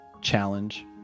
challenge